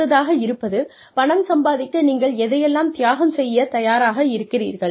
அடுத்ததாக இருப்பது பணம் சம்பாதிக்க நீங்கள் எதையெல்லாம் தியாகம் செய்யத் தயாராக இருக்கிறீர்கள்